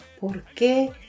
porque